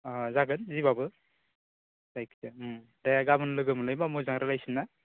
ओ जागोन जिबाबो जायखिया उम दे गाबोन लोगो मोनलायब्ला मोजां रायज्लायसै ना